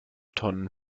tonnen